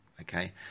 okay